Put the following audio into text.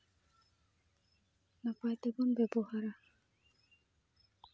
ᱱᱟᱯᱟᱭ ᱛᱮᱵᱚᱱ ᱵᱮᱵᱚᱦᱟᱨᱟ